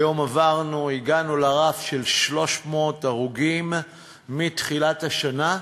היום הגענו לרף של 300 הרוגים מתחילת השנה.